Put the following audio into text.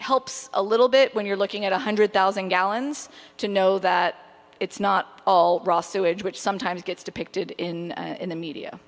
helps a little bit when you're looking at one hundred thousand gallons to know that it's not all raw sewage which sometimes gets depicted in the media